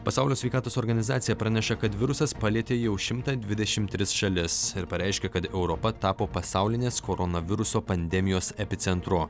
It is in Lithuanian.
pasaulio sveikatos organizacija praneša kad virusas palietė jau šimtą dvidešimt tris šalis ir pareiškė kad europa tapo pasaulinės koronaviruso pandemijos epicentru